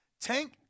Tank